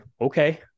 okay